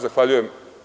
Zahvaljujem.